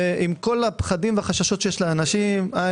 ועם כל הפחדים והחששות שיש לאנשים אני